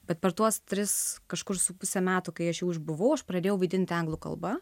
bet per tuos tris kažkur su puse metų kai aš jau išbuvau aš pradėjau vaidinti anglų kalba